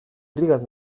irrikaz